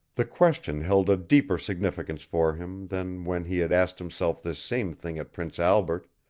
the question held a deeper significance for him than when he had asked himself this same thing at prince albert,